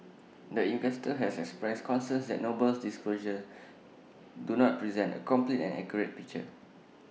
the investor has expressed concerns that Noble's disclosures do not present A complete and accurate picture